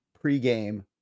pre-game